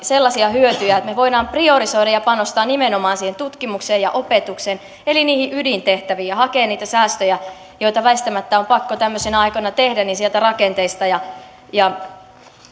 sellaisia hyötyjä että me voimme priorisoida ja panostaa nimenomaan tutkimukseen ja opetukseen eli niihin ydintehtäviin ja hakea niitä säästöjä joita väistämättä on pakko tämmöisinä aikoina tehdä sieltä rakenteista ja ja